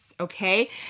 Okay